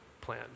plan